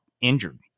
injured